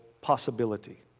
possibility